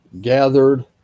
gathered